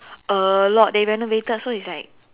a lot they renovated so it's like